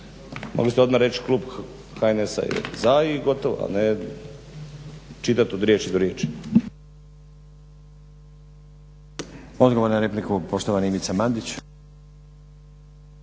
Mogli ste odmah reći Klub HNS-a je za i gotovo, a ne čitati od riječi do riječi.